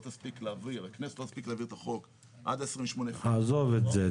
לא תספיק להעביר את החוק עד ה-28 --- עזוב את זה,